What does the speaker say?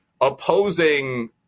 opposing